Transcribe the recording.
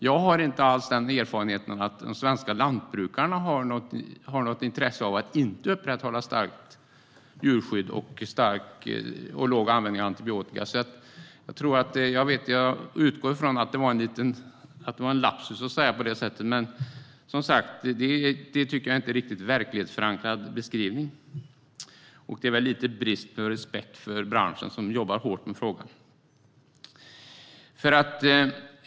Jag har inte alls den erfarenheten att de svenska lantbrukarna har något intresse av att inte upprätthålla ett starkt djurskydd och en låg användning av antibiotika. Jag utgår ifrån att det var en liten lapsus att säga på det sättet. Men det är inte en riktigt verklighetsförankrad beskrivning. Det visar också brist på respekt för branschen som jobbar hårt med frågan.